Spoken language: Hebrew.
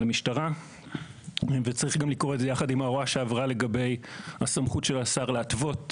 המשטרה וצריך לקרוא את זה יחד עם הוראה שעברה לגבי הסמכות של השר להתוות